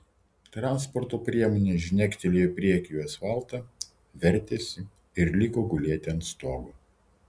transporto priemonė žnektelėjo priekiu į asfaltą vertėsi ir liko gulėti ant stogo